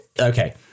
okay